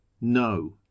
no